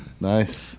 Nice